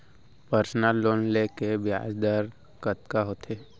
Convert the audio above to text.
Personal loan ले के ब्याज दर कतका होथे?